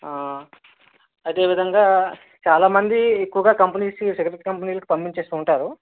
అదేవిధంగా చాలామంది ఎక్కువగా కంపెనీస్కి సెకండ్ కంపెనీలకి పంపించేస్తుంటారు